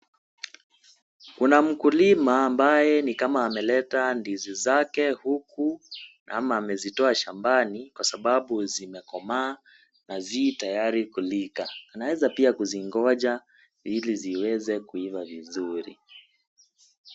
Kuna mkulima ambaye ni kama ameleta ndizi zake huku, ama amezitoa shambani, kwa sababu zimekomaa na zi tayari kulika. Anaweza pia kuzingoja ili ziweze kuiva vizuri.